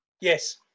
Yes